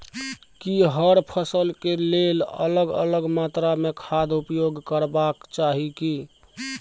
की हर फसल के लेल अलग अलग मात्रा मे खाद उपयोग करबाक चाही की?